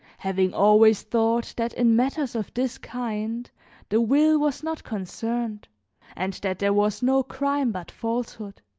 having always thought that in matters of this kind the will was not concerned and that there was no crime but falsehood.